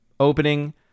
opening